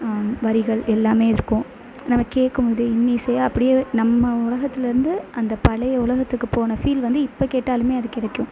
வரிகள் எல்லாமே இருக்கும் நம்ம கேட்கும்மோதே இன்னிசையாக அப்படியே நம்ம உலகத்துல இருந்து அந்த பழைய உலகத்துக்கு போன ஃபீல் வந்து இப்போ கேட்டாலுமே அது கிடைக்கும்